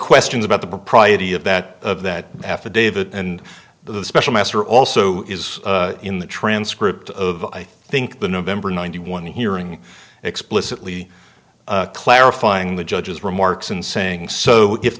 questions about the propriety of that of that affidavit and the special master also is in the transcript of i think the november ninety one hearing explicitly clarifying the judge's remarks and saying so if